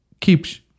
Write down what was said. keeps